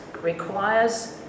requires